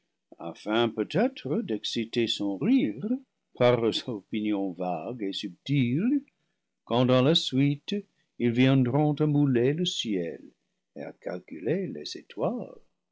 afin peut-être d'exciter son rire par leurs opinions vagues et subtiles quand dans la suite ils vien dront à mouler le ciel et à calculer les étoiles